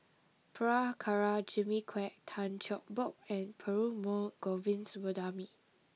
Prabhakara Jimmy Quek Tan Cheng Bock and Perumal Govindaswamy